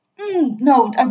No